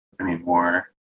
anymore